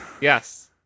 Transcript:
Yes